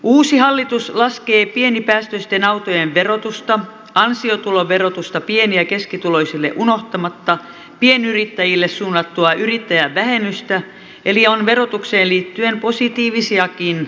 uusi hallitus laskee pienipäästöisten autojen verotusta ansiotuloverotusta pieni ja keskituloisille unohtamatta pienyrittäjille suunnattua yrittäjävähennystä eli on verotukseen liittyen positiivisiakin uutisia